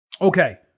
okay